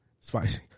spicy